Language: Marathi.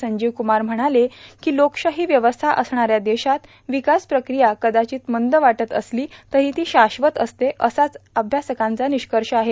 संजीव कुमार म्हणाले काँ लोकशाहो व्यवस्था असणाऱ्या देशात ावकास प्रक्रिया कर्दााचत मंद वाटत असलो तरो ती शाश्वत असते असाच अभ्यासंकांचा निष्कष आहे